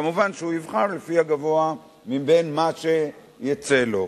כמובן שהוא יבחר לפי הפיצוי הגבוה מבין מה שיצא לו.